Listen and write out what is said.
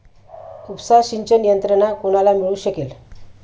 उपसा सिंचन यंत्रणा कोणाला मिळू शकेल?